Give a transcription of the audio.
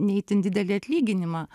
ne itin didelį atlyginimą